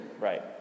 Right